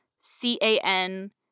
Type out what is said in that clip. C-A-N